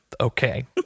Okay